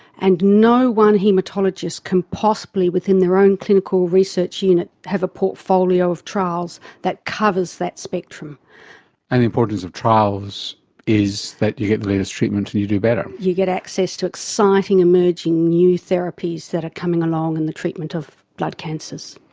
and no one haematologist can possibly within their own clinical research unit have a portfolio of trials that covers that spectrum. and the importance of trials is that you get latest treatment and you do better. you get access to exciting emerging new therapies that are coming along in the treatment of blood cancers.